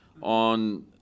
on